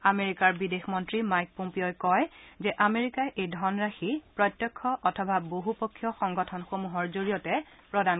আমেৰিকাৰ বিদেশ মন্ত্ৰী মাইক পম্পীয়ই কয় যে আমেৰিকাই এই ধনৰাশি প্ৰত্যক্ষ অথবা বহুপক্ষীয় সংগঠনসমূহৰ জৰিয়তে দিব